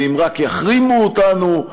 ואם רק יחרימו אותנו,